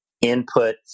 input